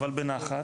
אבל בנחת.